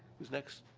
who's next?